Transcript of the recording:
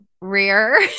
rare